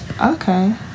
okay